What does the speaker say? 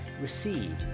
Receive